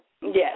Yes